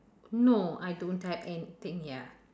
no I don't have anything ya